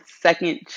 second